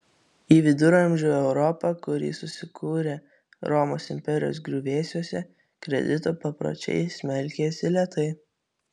į viduramžių europą kuri susikūrė romos imperijos griuvėsiuose kredito papročiai smelkėsi lėtai